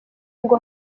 ngo